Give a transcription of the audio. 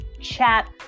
Chat